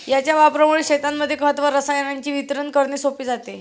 याच्या वापरामुळे शेतांमध्ये खत व रसायनांचे वितरण करणे सोपे जाते